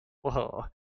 Whoa